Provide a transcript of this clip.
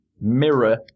mirror